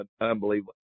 unbelievable